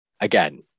again